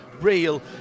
real